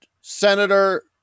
senator